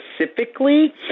specifically